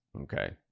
okay